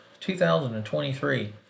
2023